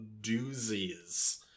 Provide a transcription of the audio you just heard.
doozies